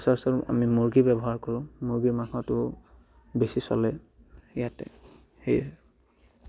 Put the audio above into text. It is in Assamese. সচৰাচৰ আমি মুৰ্গী ব্যৱহাৰ কৰোঁ মুৰ্গীৰ মাংসটো বেছি চলে ইয়াতে সেয়ে